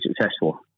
successful